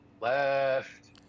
left